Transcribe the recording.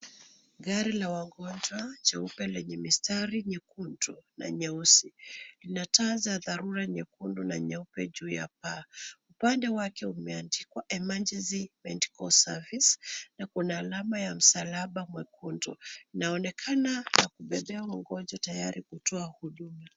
Gari la wagonjwa jeupe lenye mistari nyekundu na nyeusi ,linataa za dharura nyekundu na nyeupe juu ya paa. Upande wake umeandikwa emergency medical service na kuna alama ya msalaba mwekundu. Inaonekana ya kubebea wagonjwa tayari kutoa huduma.